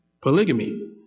Polygamy